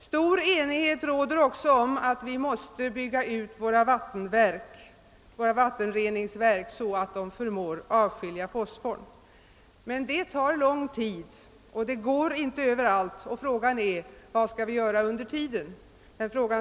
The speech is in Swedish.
Stor enighet råder också om att vi måste bygga ut våra vattenreningsverk, så att de förmår avskilja fosfor. Men det tar lång tid, och det går inte överallt och frågan är: Vad skall vi göra under tiden?